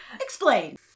explain